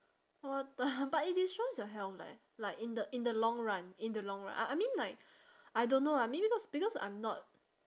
what the but it destroys your health leh like in the in the long run in the long run I I mean like I don't know ah maybe cause because I'm not